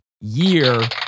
year